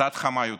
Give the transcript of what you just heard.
קצת חמה יותר,